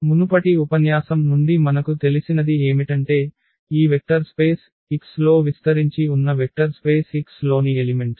మునుపటి ఉపన్యాసం నుండి మనకు తెలిసినది ఏమిటంటే ఈ వెక్టర్ స్పేస్ x లో విస్తరించి ఉన్న వెక్టర్ space x లోని ఎలిమెంట్స్